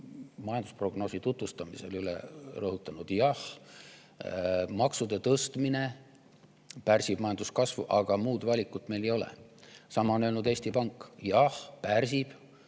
majandusprognoosi tutvustamisel ka üle rõhutanud, et jah, maksude tõstmine pärsib majanduskasvu. Aga muud valikut meil ei ole. Sama on öelnud Eesti Pank: jah, pärsib,